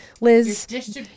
liz